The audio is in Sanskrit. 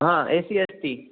आ ए सी अस्ति